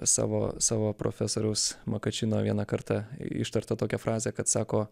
savo savo profesoriaus makačino vieną kartą ištartą tokią frazę kad sako